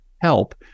help